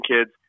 kids